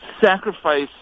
sacrifice